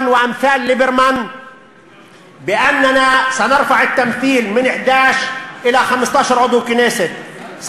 וחבריו נגדיל את הייצוג מ-11 ל-15 חברי הכנסת.